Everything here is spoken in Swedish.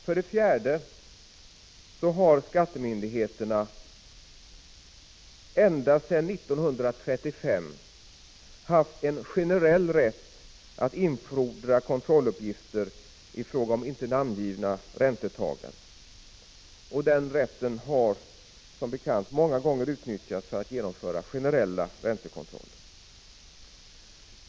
För det fjärde har skattemyndigheterna ända sedan år 1935 haft en generell rätt infordra kontrolluppgifter i fråga om inte namngivna räntetagare. Denna rätt har som bekant också under årens lopp många gånger utnyttjats för genomförande av generella räntekontroller.